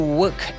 work